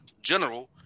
General